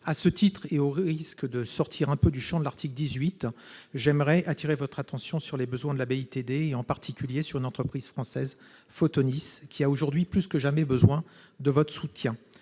À ce titre, et au risque de sortir un peu du champ de l'article, j'aimerais appeler votre attention sur les besoins de la BITD, en particulier sur une entreprise française, Photonis, qui a aujourd'hui plus que jamais besoin de votre soutien.